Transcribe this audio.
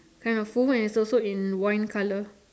kind of full and is also in wine colour